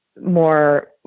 More